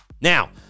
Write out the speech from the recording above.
Now